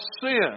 sin